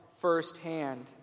firsthand